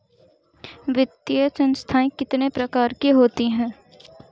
वित्तीय संस्थाएं कितने प्रकार की होती हैं?